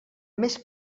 més